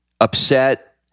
upset